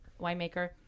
winemaker